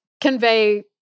convey